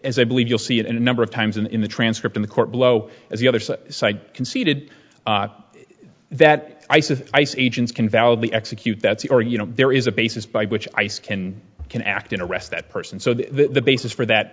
as i believe you'll see it in a number of times and in the transcript in the court below as the other side conceded that ice is ice agents can validly execute that's or you know there is a basis by which ice can can act in arrest that person so the basis for that